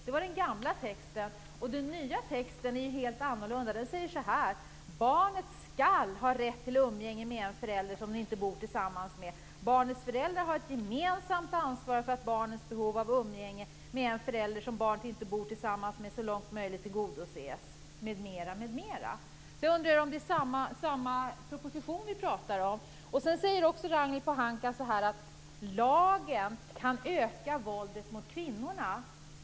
Det var den gamla texten. Den nya texten är helt annorlunda. Den säger så här: Barnet skall ha rätt till umgänge med en förälder som det inte bor tillsammans med. Barnets föräldrar har ett gemensamt ansvar för att barnets behov av umgänge med en förälder som barnet inte bor tillsammans med så långt möjligt tillgodoses, m.m. Jag undrar om det är samma proposition vi pratar om. Ragnhild Pohanka säger att lagen kan öka våldet mot kvinnorna.